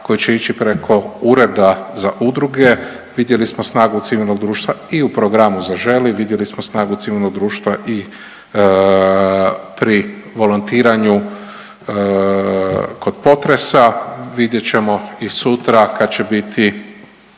koji će ići preko Ureda za udruge, vidjeli smo snagu civilnog društva i u programu Zaželi, vidjeli smo snagu civilnog društva i pri volontiranju kod potresa, vidjet ćemo i sutra kad će biti